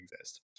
exist